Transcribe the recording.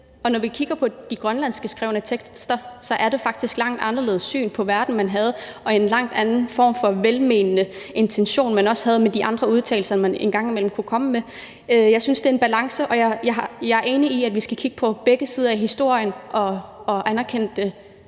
Og når vi kigger på de grønlandsk skrevne tekster, er det faktisk et meget anderledes syn på verden, man havde, og en helt anden form for velmenende intention, man også havde med de andre udtalelser, man en gang imellem kunne komme med. Jeg synes, det er en balance, og jeg er enig i, at vi skal kigge på begge sider af historien og anerkende dem